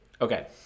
Okay